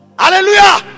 Hallelujah